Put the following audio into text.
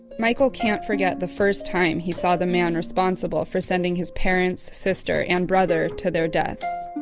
michael can't forget the first time he saw the man responsible for sending his parents, sister and brother to their deaths